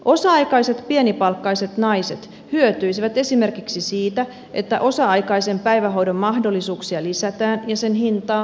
osa aikaiset pienipalkkaiset naiset hyötyisivät esimerkiksi siitä että osa aikaisen päivähoidon mahdollisuuksia lisätään ja sen hintaa alennetaan